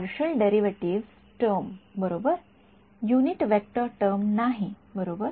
partial derivatives term बरोबर unit vector term नाही बरोबर